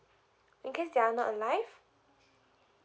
in case they are not alive